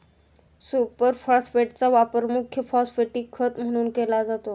super फॉस्फेटचा वापर मुख्य फॉस्फॅटिक खत म्हणून केला जातो